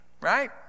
right